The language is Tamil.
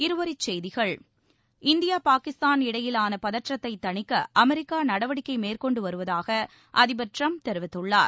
இருவரிச்செய்திகள் இந்தியா பாகிஸ்தான் இடையிலான பதற்றத்தை தணிக்க அமெரிக்கா நடவடிக்கை மேற்கொண்டு வருவதாக அதிபர் ட்ரம்ப் தெரிவித்துள்ளார்